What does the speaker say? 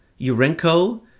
Urenco